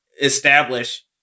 establish